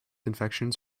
infections